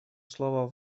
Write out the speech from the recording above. слово